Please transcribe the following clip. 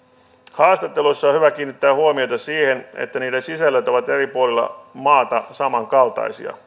haastatteluissa on hyvä kiinnittää huomiota siihen että niiden sisällöt ovat eri puolilla maata samankaltaisia